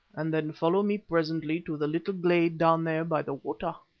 and then follow me presently to the little glade down there by the water.